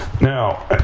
Now